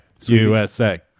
USA